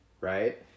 right